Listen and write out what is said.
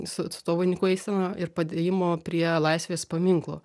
su su tuo vainiku eisena ir padėjimo prie laisvės paminklo